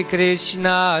Krishna